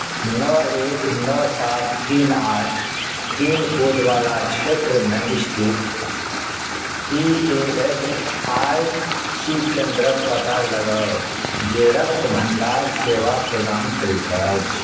नओ एक नओ सात तीन आठ पिनकोडवला क्षेत्रमे स्थित E A S I C केन्द्रक पता लगाउ जे रक्त भण्डार सेवा प्रदान करैत अछि